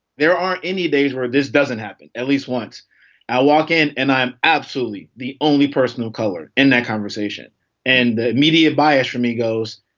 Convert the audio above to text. there are any days where this doesn't happen at least once i walk in and i'm absolutely the only person of color in that conversation and media bias for me goes,